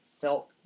felt